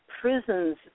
prisons